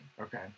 Okay